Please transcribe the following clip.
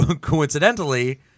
coincidentally